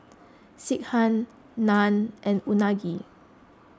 Sekihan Naan and Unagi